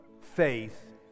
faith